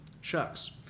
shucks